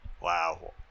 Wow